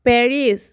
Paris